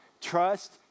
Trust